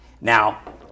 Now